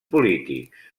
polítics